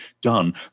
done